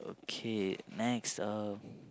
okay next um